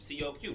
COQ